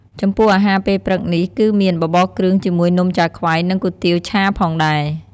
ចំពោះអាហារពេលព្រឹកនេះ គឺមានបបរគ្រឿងជាមួយនំឆាខ្វៃ និងគុយទាវឆាផងដែរ។